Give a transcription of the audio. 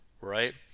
Right